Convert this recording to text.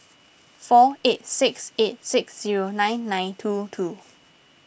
four eight six eight six zero nine nine two two